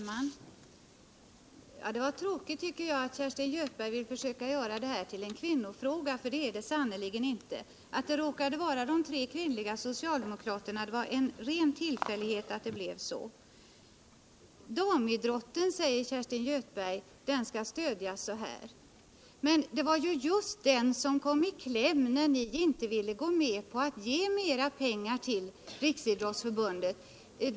Herr talman! Jag tycker det är tråkigt att Kerstin Göthberg vill försöka göra det här till en kvinnofråga, för det är det sannerligen inte. Att det råkade vara de tre socialdemokratiska kvinnorna som reserverade sig var en ren tillfällighet. Damidrotten, säger Kerstin Göthberg, får möjlighet att hävda sig genom olympiska vinterspel i Sverige. Men det var just damidrotten som kom i kläm när ni inte vill gå med på att ge mer pengar till Riksidrottsförbundet.